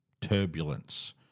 turbulence